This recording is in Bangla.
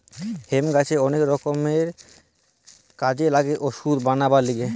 হেম্প গাছের অনেক রকমের কাজে লাগে ওষুধ বানাবার লিগে